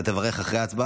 אתה תברך אחרי ההצבעה?